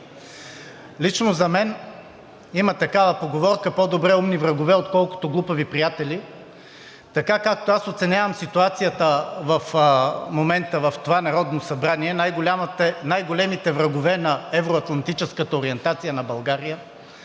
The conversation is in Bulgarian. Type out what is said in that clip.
Лично за мен има такава поговорка: „По-добре умни врагове, отколкото глупави приятели.“ Така, както аз оценявам ситуацията в момента в това Народно събрание, най-големите врагове на евро-атлантическата ориентация на България